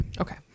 Okay